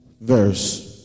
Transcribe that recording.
verse